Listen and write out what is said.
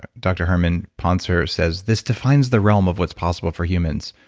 dr. herman poncer says, this defines the realm of what's possible for humans.